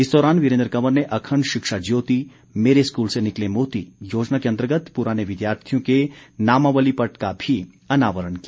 इस दौरान वीरेन्द्र कंवर ने अरवंड शिक्षा ज्योति मेरे स्कूल से निकले मोती योजना के अंतर्गत पुराने विद्यार्थियों के नामावली पट्ट का भी अनावरण किया